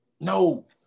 no